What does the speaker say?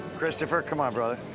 christopher, come ah but